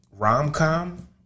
Rom-com